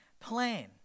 plan